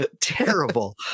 terrible